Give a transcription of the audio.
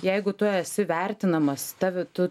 jeigu tu esi vertinamas tavi tu